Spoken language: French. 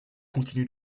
continue